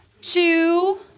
two